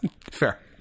Fair